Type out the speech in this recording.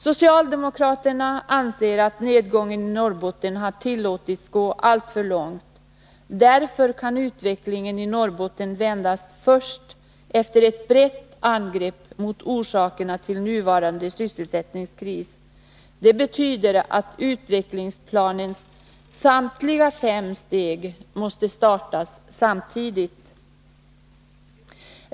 Socialdemokraterna anser att nedgången i Norrbotten har tillåtits gå alltför långt. Därför kan utvecklingen vändas först efter ett brett angrepp mot orsakerna till den nuvarande sysselsättningskrisen. Det betyder att utvecklingsplanens samtliga fem steg måste starta samtidigt.